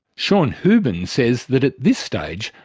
sean hoobin says that at this stage,